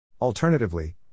Alternatively